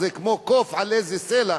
זה כמו קוף על איזה סלע,